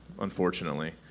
unfortunately